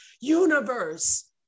universe